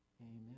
amen